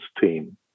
team